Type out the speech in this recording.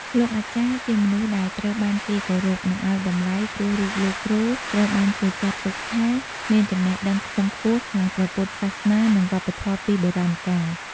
លោកអាចារ្យជាមនុស្សដែលត្រូវបានគេគោរព និងឱ្យតម្លៃព្រោះរូបលោកគ្រូត្រូវបានគេចាក់ទុកថាមានចំណេះដឹងខ្ពង់ខ្ពស់ខាងព្រះពុទ្ធសាសនានិងវប្បធម៍ពីបុរាណកាល។